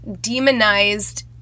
demonized